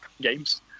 games